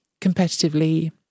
competitively